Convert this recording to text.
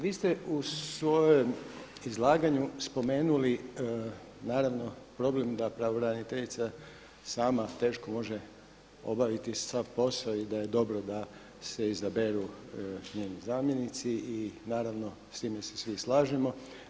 Vi ste u svojem izlaganju spomenuli naravno problem da pravobraniteljica sama teško može obaviti sav posao i da je dobro da se izaberu njeni zamjenici i naravno s time se svi slažemo.